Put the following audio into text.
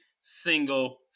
single